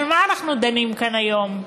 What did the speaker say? על מה אנחנו דנים כאן היום?